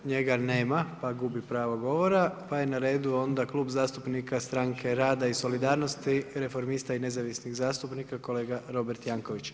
Njega nema pa gubi pravo govora, pa je na redu onda Klub zastupnika stranke Rada i solidarnosti, Reformista i nezavisnih zastupnika, kolega Robert Jankovics.